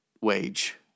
wage